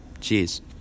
Cheers